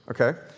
Okay